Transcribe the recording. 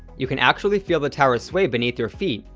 you can actually feel the tower sway beneath your feet,